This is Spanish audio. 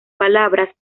palabras